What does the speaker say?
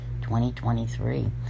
2023